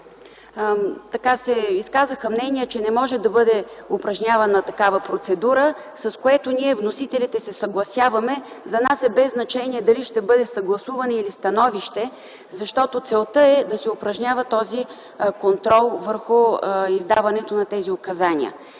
се изказаха мнения, че не може да бъде упражнявана такава процедура, с което ние вносителите се съгласяваме. За нас е без значение дали ще бъде съгласуване или становище, защото целта е да се упражнява този контрол върху издаването на тези указания.